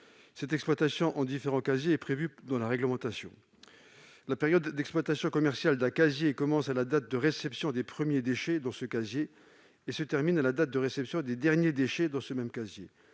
Cette exploitation en différents casiers est prévue dans la réglementation. La période d'exploitation commerciale d'un casier commence à la date de réception des premiers déchets et se termine à la date de réception des derniers déchets dans celui-ci.